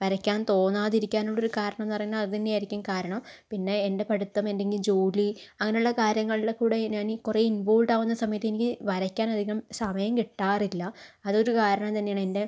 വരയ്ക്കാൻ തോന്നാതിരിക്കാനുള്ളൊരു കാരണം എന്ന് പറയുന്നത് അത് തന്നെയായിരിക്കും കാരണം പിന്നെ എൻ്റെ പഠിത്തം ഉണ്ടെങ്കിൽ ജോലി അങ്ങനെയുള്ള കാര്യങ്ങളിൽ കൂടെ ഞാൻ കുറെ ഇൻവോൾവ്ഡ് ആവുന്ന സമയത്ത് എനിക്ക് വരയ്ക്കാനധികം സമയം കിട്ടാറില്ല അതൊരു കാരണം തന്നെയാണ് എൻ്റെ